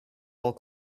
all